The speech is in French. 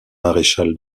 maréchal